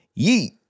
Yeet